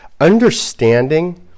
understanding